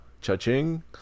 cha-ching